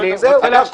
אגב,